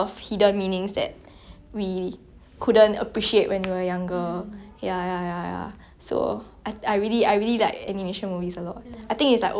I really I really like animation movies a lot I think it's like always like if I got nothing to watch right I will just go and find a random Ghibli movie then I just put it on yeah